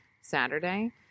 Saturday